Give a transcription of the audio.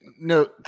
No